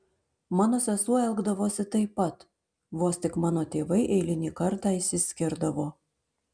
mano sesuo elgdavosi taip pat vos tik mano tėvai eilinį kartą išsiskirdavo